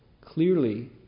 clearly